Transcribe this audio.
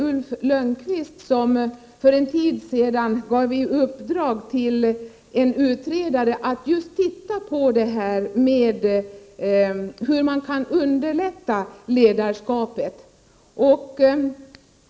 Ulf Lönnqvist gav för en tid sedan i uppdrag till en utredare att titta på hur man kan underlätta ledarskapet.